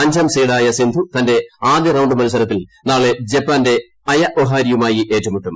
അഞ്ചാം സീഡായ സിന്ധു തന്റെ ആദ്യ റൌണ്ട് മത്സരത്തിൽ നാളെ ജപ്പാന്റെ അയ ഒഹാരിയുമായി ഏറ്റുമുട്ടും